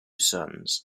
sons